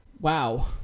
Wow